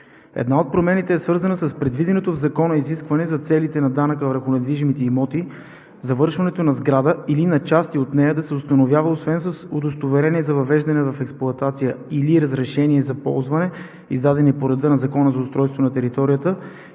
Една от промените е свързана с предвиденото в Закона изискване за целите на данъка върху недвижимите имоти, завършването на сграда или на части от нея да се установява, освен с удостоверение за въвеждане в експлоатация или разрешение за ползване, издадени по реда на Закона за устройство на територията,